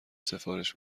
سفارش